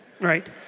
Right